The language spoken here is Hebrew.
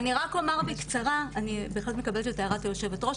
אני בהחלט מקבלת את הערת היושבת ראש,